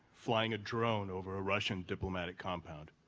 flying a drone over a russian diplomatic compound,